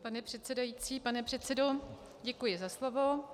Pan předsedající, pane předsedo, děkuji za slovo.